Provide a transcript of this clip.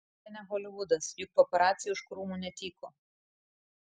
čia ne holivudas juk paparaciai už krūmų netyko